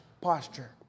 posture